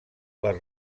les